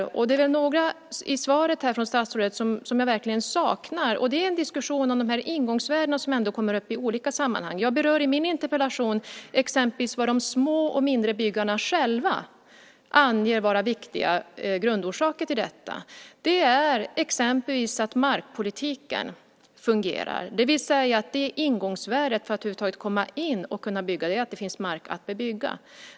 Några av dem saknar jag verkligen i svaret från statsrådet. Det är en diskussion om de ingångsvärden som ändå kommer upp i olika sammanhang. Jag berör i min interpellation exempelvis vad de små och mindre byggarna själva anger vara viktiga grundorsaker. Det är exempelvis att markpolitiken fungerar. Ingångsvärdet för att över huvud taget komma in och kunna bygga är att det finns mark att bebygga.